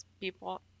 people